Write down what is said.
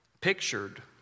pictured